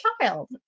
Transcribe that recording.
child